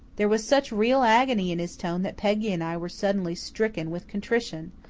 there was such real agony in his tone that peggy and i were suddenly stricken with contrition.